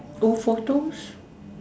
old photos